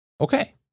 Okay